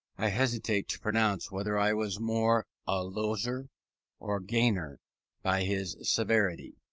i hesitate to pronounce whether i was more a loser or gainer by his severity.